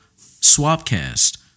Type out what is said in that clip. Swapcast